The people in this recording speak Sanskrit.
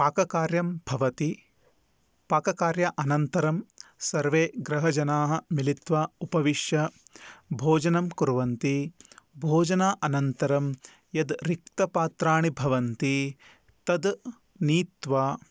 पाककार्यं भवति पाककार्य अनन्तरं सर्वे गृहजनाः मिलित्वा उपविश्य भोजनं कुर्वन्ति भोजना अनन्तरं यद् रिक्तपात्राणि भवन्ति तद् नीत्वा